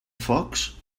focs